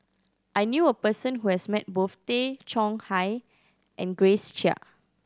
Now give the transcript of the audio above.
I knew a person who has met both Tay Chong Hai and Grace Chia